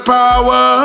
power